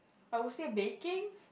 I would say baking